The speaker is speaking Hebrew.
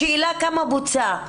השאלה היא כמה בוצע.